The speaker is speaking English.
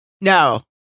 No